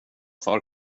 för